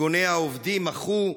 ארגוני העובדים מחו,